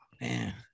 Man